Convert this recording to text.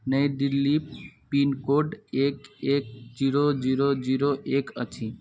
नई Delhi pin code एक एक zero zero zero एक अछि